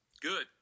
Good